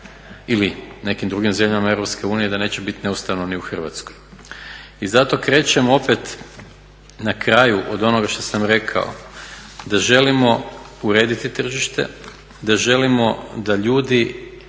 ili nekim drugim zemljama Europske unije da neće biti neustavno ni u Hrvatskoj. I zato krećem opet na kraju od onoga što sam rekao da želimo urediti tržište, da želimo da ljudi